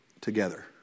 together